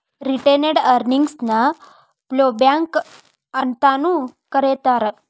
retained earnings ನ ploughback ಅಂತಾನೂ ಕರೇತಾರ